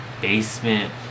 basement